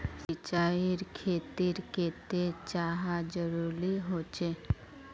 सिंचाईर खेतिर केते चाँह जरुरी होचे?